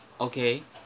okay